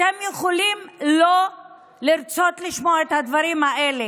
אתם יכולים לא לרצות לשמוע את הדברים האלה,